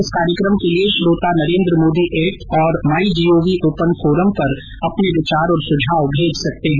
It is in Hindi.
इस कार्यक्रम के लिए श्रोता नरेन्द्र मोदी ऐप और my G O V open forum पर अपने विचार और सुझाव भेज सकते हैं